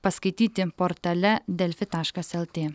paskaityti portale delfi taškas lt